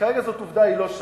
כרגע זו עובדה, היא לא שם.